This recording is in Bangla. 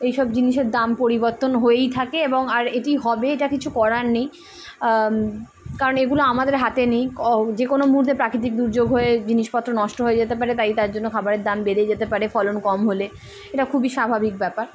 এইসব জিনিসের দাম পরিবর্তন হয়েই থাকে এবং আর এটি হবে এটা কিছু করার নেই কারণ এগুলো আমাদের হাতে নিই যে কোনো মুহুর্তে প্রাকৃতিক দুর্যোগ হয়ে জিনিসপত্র নষ্ট হয়ে যেতে পারে তাই তার জন্য খাবারের দাম বেড়ে যেতে পারে ফলন কম হলে এটা খুবই স্বাভাবিক ব্যাপার